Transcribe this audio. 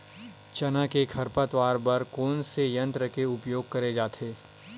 चना के खरपतवार बर कोन से यंत्र के उपयोग करे जाथे?